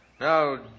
Now